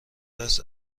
است